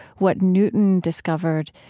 what newton discovered.